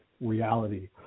reality